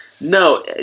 No